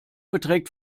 beträgt